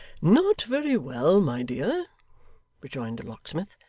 not very well, my dear rejoined the locksmith,